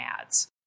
ads